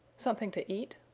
something to eat?